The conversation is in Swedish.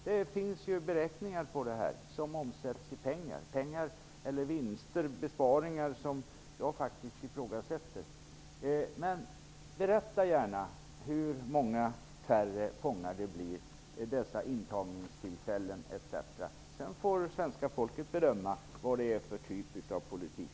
Det finns beräkningar på hur detta omsätts i pengar; i vinster eller i besparingar - även om jag ifrågasätter detta. Berätta gärna hur många färre fångar det blir vid intagningstillfällen etc.! Sedan får svenska folket bedöma vad detta är för typ av politik.